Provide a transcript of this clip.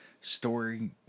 Story